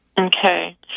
Okay